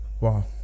wow